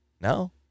No